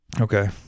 Okay